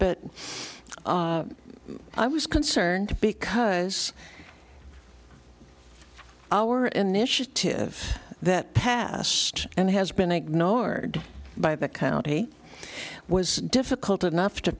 but i was concerned because our initiative that passed and has been ignored by the county was difficult enough to